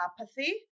apathy